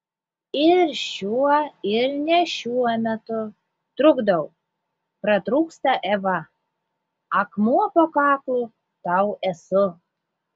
ir šiuo ir ne šiuo metu trukdau pratrūksta eva akmuo po kaklu tau esu